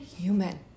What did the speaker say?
human